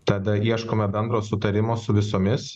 tada ieškome bendro sutarimo su visomis